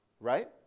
Right